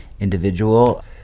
individual